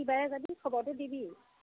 কি বাৰে যাবি খবৰটো দিবি